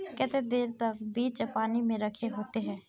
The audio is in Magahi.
केते देर तक बीज पानी में रखे होते हैं?